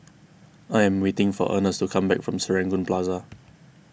I am waiting for Ernest to come back from Serangoon Plaza